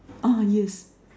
ah yes